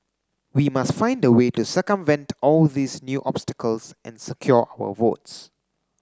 we must find a way to circumvent all these new obstacles and secure our votes